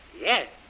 Yes